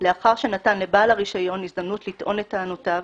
לאחר שנתן לבעל הרישיון הזדמנות לטעון את טענותיו,